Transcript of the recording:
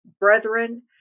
Brethren